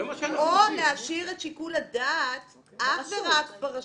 או להשאיר את שיקול הדעת אך ורק ברשות,